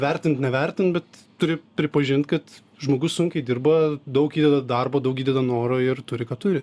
vertint nevertint bet turi pripažint kad žmogus sunkiai dirba daug įdeda darbo daug įdeda noro ir turi ką turi